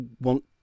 want